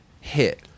hit